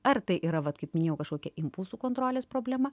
ar tai yra vat kaip minėjau kažkokia impulsų kontrolės problema